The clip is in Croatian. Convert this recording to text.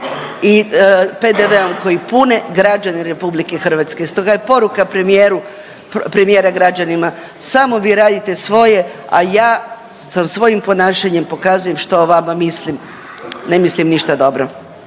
i PDV-om koji pune građani RH. Stoga je poruka premijeru, premijera građanima samo vi radite svoje, a ja sa svojim ponašanjem pokazujem što o vama mislim, ne mislim ništa dobro.